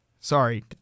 sorry